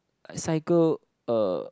I cycle uh